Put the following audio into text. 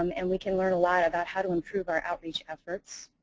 um and we can learn a lot about how to improve our out reach efforts.